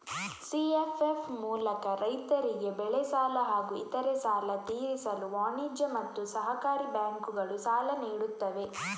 CFF ಮೂಲಕ ರೈತರಿಗೆ ಬೆಳೆ ಸಾಲ ಹಾಗೂ ಇತರೆ ಸಾಲ ತೀರಿಸಲು ವಾಣಿಜ್ಯ ಮತ್ತು ಸಹಕಾರಿ ಬ್ಯಾಂಕುಗಳು ಸಾಲ ನೀಡುತ್ತವೆ